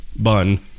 Bun